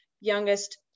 youngest